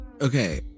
okay